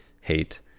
hate